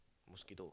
mosquito